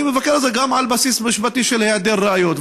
אני מבקר את זה גם על בסיס משפטי של היעדר ראיות.